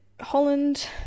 holland